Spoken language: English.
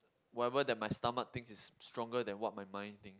whatever that my stomach thinks is stronger than what my mind think